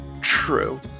True